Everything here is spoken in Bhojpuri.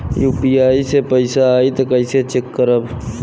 यू.पी.आई से पैसा आई त कइसे चेक खरब?